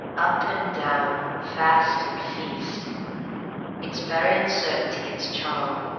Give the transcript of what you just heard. up and down, fast and feast its very uncertainty its charm.